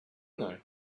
know